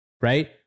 Right